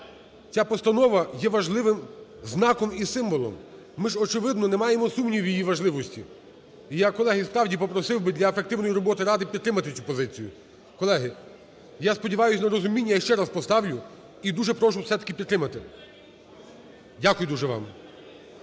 Ця постанова є важливим знаком і символом, ми ж очевидно не маємо сумнівів у її важливості. І я, колеги, справді попросив би для ефективної роботи Ради підтримати цю позицію. Колеги, я сподіваюся на розуміння і ще раз поставлю, і дуже прошу все-таки підтримати. Дякую дуже вам.